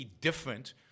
different